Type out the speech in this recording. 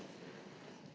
Hvala